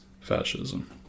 fascism